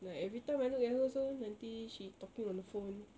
like every time I look at her also nanti she talking on the phone